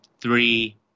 three